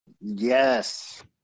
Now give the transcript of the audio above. Yes